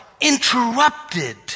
interrupted